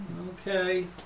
Okay